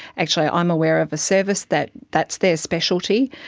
actually i'm aware of a service that that's their specialty,